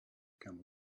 camel